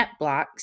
NetBlocks